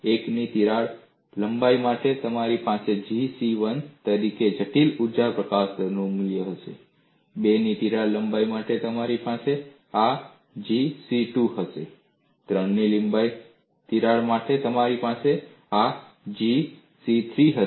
1 ની તિરાડ લંબાઈ માટે તમારી પાસે G c1 તરીકે જટિલ ઊર્જા પ્રકાશન દરનું મૂલ્ય હશે 2 ની તિરાડ લંબાઈ માટે તમારી પાસે આ G c2 હશે 3 ની તિરાડ લંબાઈ માટે તમારી પાસે આ G c3 હશે